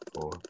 four